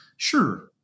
sure